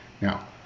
Now